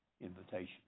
invitation